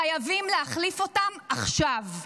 חייבים להחליף אותם עכשיו.